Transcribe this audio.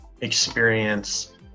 experience